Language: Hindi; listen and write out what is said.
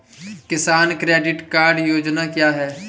किसान क्रेडिट कार्ड योजना क्या है?